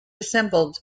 assembled